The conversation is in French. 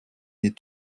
n’est